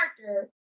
character